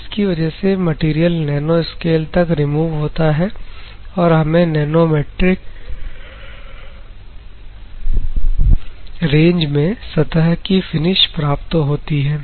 जिसकी वजह से मटेरियल नैनोस्केल तक रिमूव होता है और हमें नैनोमैट्रिक रेंज में सतह की फिनिश प्राप्त होती है